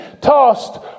tossed